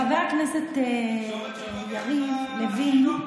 חבר הכנסת יריב לוין,